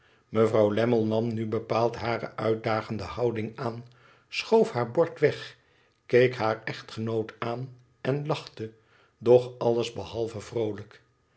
mevrouw lammie nam nu bepaald hare uitdagende houding aan schoof haar bord weg keek haar echtgenoot aan en lachte doch alles behalve vroolijk